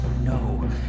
No